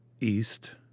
East